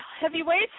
heavyweight